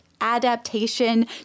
adaptation